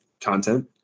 content